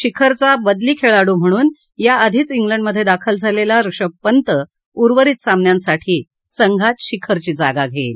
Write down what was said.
शिखरचा बदली खेळाडू म्हणून या आधीच केंडमधे दाखल झालेला ऋषभ पंत उर्वरित सामन्यांसाठी संघात शिखरची जागा घेईल